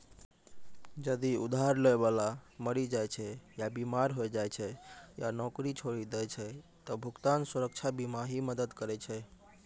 जदि उधार लै बाला मरि जाय छै या बीमार होय जाय छै या नौकरी छोड़ि दै छै त भुगतान सुरक्षा बीमा ही मदद करै छै